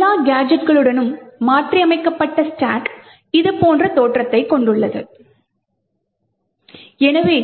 எல்லா கேஜெட்களுடனும் மாற்றியமைக்கப்பட்ட ஸ்டாக் இதுபோன்ற தோற்றத்தைக் கொண்டுள்ளது எனவே